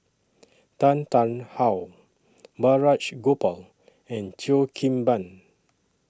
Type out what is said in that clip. Tan Tarn How Balraj Gopal and Cheo Kim Ban